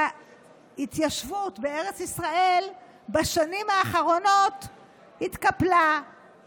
וההתיישבות בארץ ישראל בשנים האחרונות התקפלה,